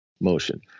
motion